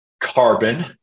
carbon